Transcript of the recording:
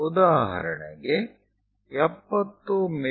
ಉದಾಹರಣೆಗೆ 70 ಮಿ